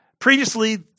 Previously